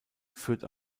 führt